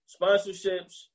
sponsorships